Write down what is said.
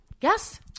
Yes